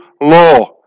law